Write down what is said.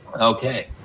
Okay